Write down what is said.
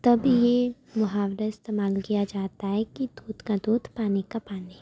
تب یہ محاورہ استعمال کیا جاتا ہے کہ دودھ کا دودھ پانی کا پانی